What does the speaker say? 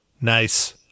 Nice